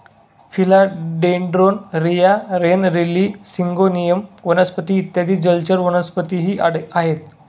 फिला dendron, रिया, rain lily, syngonium वनस्पती इत्यादी जलचर वनस्पतीही आहेत